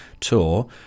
tour